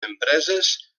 empreses